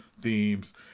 themes